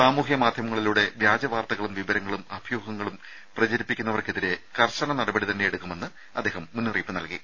സാമൂഹ്യ മാധ്യമങ്ങളിലൂടെ വ്യാജവാർത്തകളും വിവരങ്ങളും അഭ്യൂഹങ്ങളും പ്രചരിപ്പിക്കുന്നവർക്കെതിരെ കർശന നടപടി തന്നെ എടുക്കുമെന്ന് അദ്ദേഹം മുന്നറിയിപ്പ് നൽകി